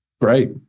great